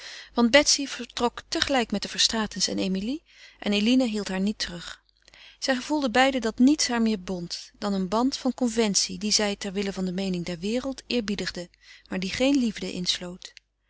want betsy vertrok tegelijk met de verstraetens en emilie en eline hield haar niet terug zij gevoelden beiden dat niets haar meer bond dan een band van conventie dien zij ter wille van de meening der wereld eerbiedigden maar die geen liefde insloot